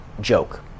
joke